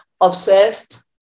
obsessed